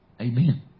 Amen